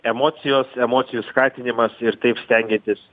emocijos emocijų skatinimas ir taip stengiantis